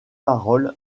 parole